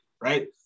right